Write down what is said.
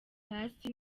hasi